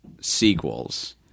sequels